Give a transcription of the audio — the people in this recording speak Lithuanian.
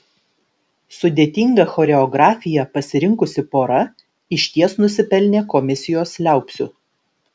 sudėtingą choreografiją pasirinkusi pora išties nusipelnė komisijos liaupsių